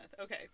Okay